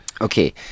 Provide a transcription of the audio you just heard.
Okay